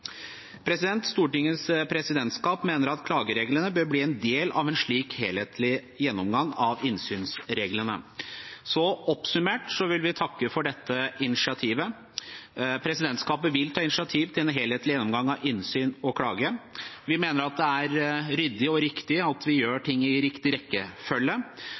Stortingets presidentskap mener at klagereglene bør bli en del av en slik helhetlig gjennomgang av innsynsreglene. Oppsummert vil vi takke for dette initiativet. Presidentskapet vil ta initiativ til en helhetlig gjennomgang av innsyn og klage. Vi mener at det er ryddig og riktig at vi gjør ting i riktig rekkefølge.